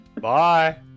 Bye